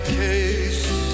case